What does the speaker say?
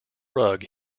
rug